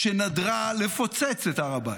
שנדרה לפוצץ את הר הבית.